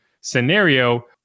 scenario